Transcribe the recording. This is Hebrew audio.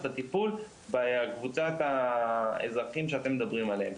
לטיפול בקבוצת האזרחים שאתם מדברים עליהם.